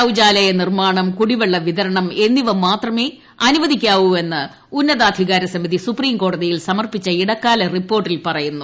ശൌചാലയ നിർമ്മാണം കുടിവെള്ള വിതരണം എന്നിവ മാത്രമെ അനുവദിക്കാവൂ എന്ന് ഉന്നതാധികാര സമിതി സുപ്രീംകോടതിയിൽ സമർപ്പിച്ച ഇടക്കാല റിപ്പോർട്ടിൽ പറയുന്നു